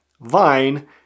vine